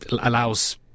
allows